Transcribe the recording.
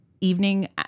evening